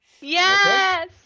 yes